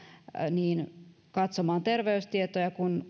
niin katsomaan terveystietoja kuin